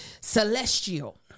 celestial